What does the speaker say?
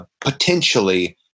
potentially